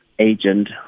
Agent